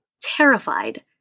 terrified